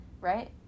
Right